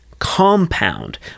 Compound